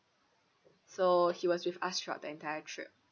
so he was with us throughout the entire trip